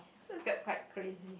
that got quite crazy